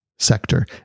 sector